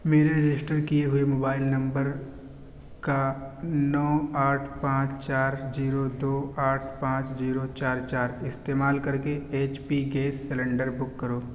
میرے رجسٹر کیے ہوئے موبائل نمبر کا نو آٹھ پانچ چار زیرو دو آٹھ پانچ زیرو چار چار استعمال کر کے H P gas cylinder book کرو